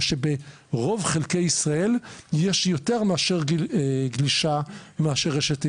מה שברוב חלקי ישראל יש יותר גלישה מאשר רשת אינטרנט.